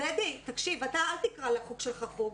דדי, תקשיב, אל תקרא לחוג שלך חוג.